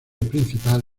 principal